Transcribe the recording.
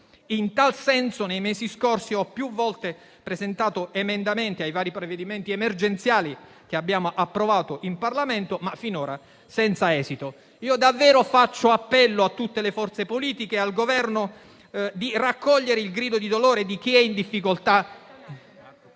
In tal senso, nei mesi scorsi ho più volte presentato emendamenti ai vari provvedimenti emergenziali che abbiamo approvato in Parlamento, ma finora senza esito. Davvero faccio appello a tutte le forze politiche e al Governo di raccogliere il grido di dolore di chi è in difficoltà...